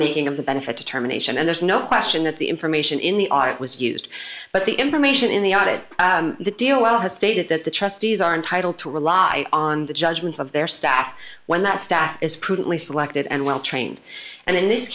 making of the benefit determination and there's no question that the information in the audit was used but the information in the audit the deal has stated that the trustees are entitled to rely on the judgments of their staff when that staff is prudently selected and well trained and in this